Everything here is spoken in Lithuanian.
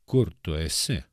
kur tu esi